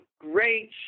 great